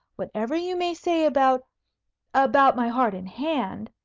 whatever you may say about about my heart and hand,